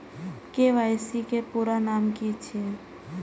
KYC के पूरा नाम की छिय?